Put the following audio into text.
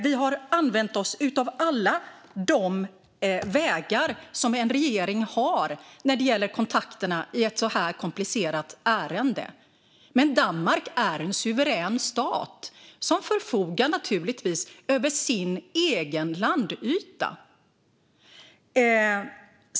Vi har använt oss av alla de vägar som en regering har när det gäller kontakterna i ett sådant komplicerat ärende. Men Danmark är en suverän stat och förfogar naturligtvis över sin egen landyta.